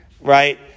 right